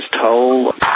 toll